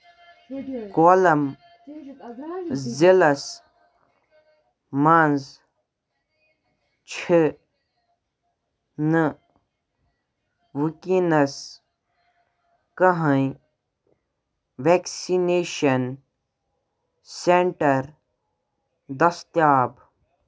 column ضلعس منٛز چھِنہٕ وٕنۍکٮ۪نَس کٕہیٖنۍ وٮ۪کسِنیشَن سٮ۪نٛٹَر دستِیاب